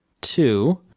two